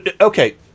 okay